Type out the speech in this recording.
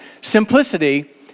simplicity